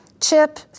chip